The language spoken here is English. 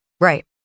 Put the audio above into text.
Right